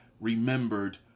remembered